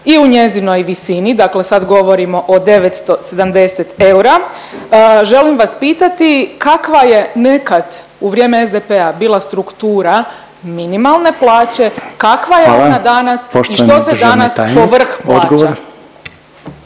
i u njezinoj visini, dakle sad govorimo o 970 eura. Želim vas pitati kakva je nekad u vrijeme SDP-a bila struktura minimalne plaće? …/Upadica Reiner: Hvala./… Kakva je ona danas i što se danas povrh plaća?